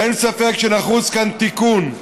ואין ספק שנחוץ כאן תיקון,